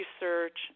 research